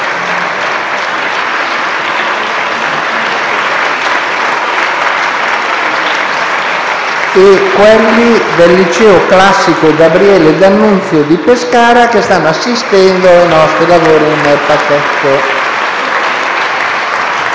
i docenti del Liceo classico «Gabriele D'Annunzio» di Pescara, che stanno assistendo ai nostri lavori dalla